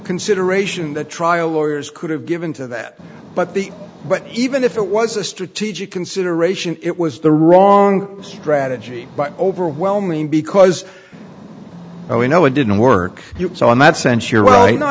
consideration in the trial lawyers could have given to that but the but even if it was a strategic consideration it was the wrong strategy by overwhelming because we know it didn't work so in that sense you're well you know